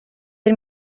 del